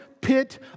pit